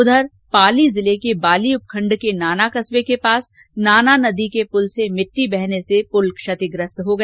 उधर पाली जिले के बाली उपखंड के नाना कस्बे के पास नाना नदी के पुल से मिट्टी बहने से वो क्षतिग्रस्त हो गया